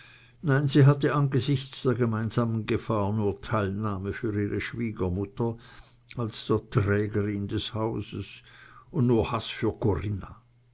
nein sie hatte angesichts der gemeinsamen gefahr nur teilnahme für ihre schwiegermutter als der trägerin des hauses und nur haß für corinna